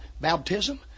Baptism